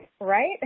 Right